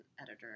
editor